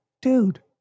Dude